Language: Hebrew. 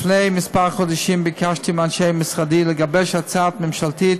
לפני כמה חודשים ביקשתי מאנשי משרדי לגבש הצעה ממשלתית